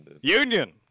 Union